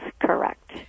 correct